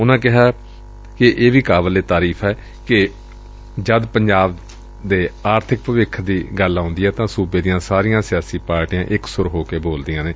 ਉਨਾਂ ਕਿਹਾ ਕਿ ਇਹ ਵੀ ਕਾਬਿਲ ਏ ਤਾਰੀਫ਼ ਏ ਕਿ ਜਦ ਪੰਜਾਬ ਦੇ ਆਰਥਿਕ ਭਵਿੱਖ ਦੀ ਗੱਲ ਆਉਂਦੀ ਏ ਤਾਂ ਸੁਬੇ ਦੀਆਂ ਸਾਰੀਆਂ ਸਿਆਸੀ ਪਾਰਟੀਆਂ ਇਕ ਸੁਰ ਹੋ ਕੇ ਬੋਲਦੀਆਂ ਨੇ